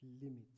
limits